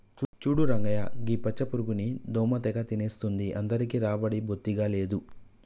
చూడు రంగయ్య గీ పచ్చ పురుగుని దోమ తెగ తినేస్తుంది అందరికీ రాబడి బొత్తిగా లేదు